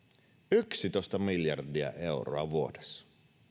yksitoista miljardia euroa vuodessa